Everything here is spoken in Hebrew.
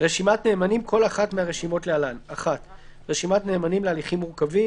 "רשימת נאמנים" כל אחת מהרשימות להלן: (1)רשימת נאמנים להליכים מורכבים,